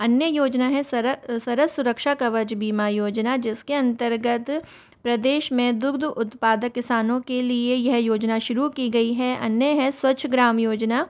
अन्य योजना है सरस सुरक्षा कवच बीमा योजना जिस के अंतर्गत प्रदेश में दुग्ध उत्पादक किसानों के लिए यह योजना शुरू की गई है अन्य है स्वच्छ ग्राम योजना